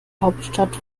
hauptstadt